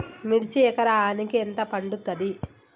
మిర్చి ఎకరానికి ఎంత పండుతది?